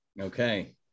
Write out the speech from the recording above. Okay